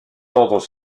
ordres